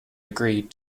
agreed